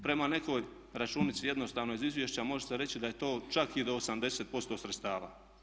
Prema nekoj računici jednostavno iz izvješća može se reći da je to čak i do 80% sredstava.